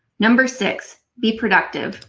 number six be productive.